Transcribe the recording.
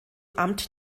amt